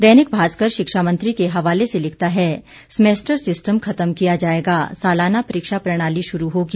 दैनिक भास्कर शिक्षा मंत्री के हवाले से लिखता है समेस्टर सिस्टम खत्म किया जायेगा सालाना परीक्षा प्रणाली शुरू होगी